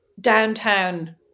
downtown